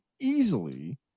easily